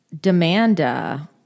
Demanda